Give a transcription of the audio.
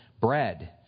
bread